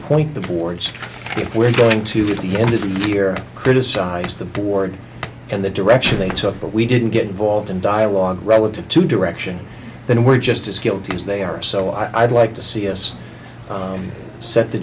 point the boards if we're going to be in the premier criticize the board and the direction they took but we didn't get involved in dialogue relative to direction then we're just as guilty as they are so i'd like to see us on set the